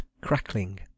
crackling